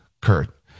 Kurt